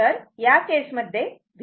तर या केस मध्ये Vrms0